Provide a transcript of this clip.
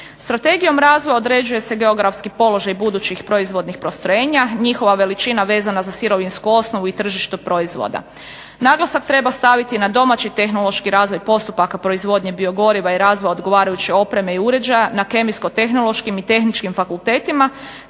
Strategijom razvoja određuje se geografski položaj budućih proizvodnih postrojenja, njihova veličina vezana za sirovinsku osnovu i tržištu proizvoda. Naglasak treba staviti na domaći tehnološki razvoj postupaka biogriva i razvoja odgovarajuće opreme i uređaja na kemijsko tehnološkim i tehničkim fakultetima